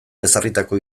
ezarritako